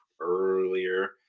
earlier